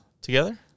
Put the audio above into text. together